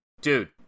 dude